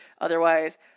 Otherwise